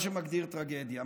מה שמגדיר טרגדיה.